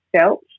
felt